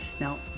Now